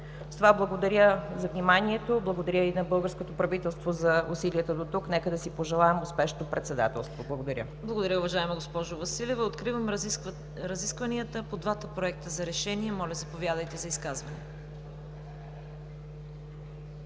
С това благодаря за вниманието, благодаря и на българското правителство за усилията до тук. Нека да си пожелаем успешно председателство! Благодаря. ПРЕДСЕДАТЕЛ ЦВЕТА КАРАЯНЧЕВА: Благодаря, уважаема госпожо Василева. Откривам разискванията по двата проекта за решения. Моля, заповядайте за изказване.